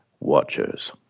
Watchers